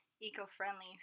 eco-friendly